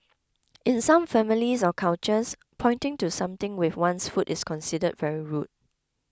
in some families or cultures pointing to something with one's foot is considered very rude